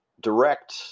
direct